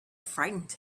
frightened